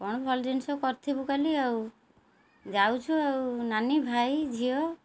କ'ଣ ଭଲ ଜିନିଷ କରିଥିବୁ କାଲି ଆଉ ଯାଉଛୁ ଆଉ ନାନୀ ଭାଇ ଝିଅ